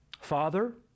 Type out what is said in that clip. Father